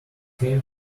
came